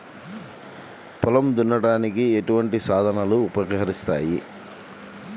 పొలం దున్నడానికి ఎటువంటి సాధనాలు ఉపకరిస్తాయి?